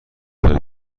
های